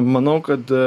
manau kad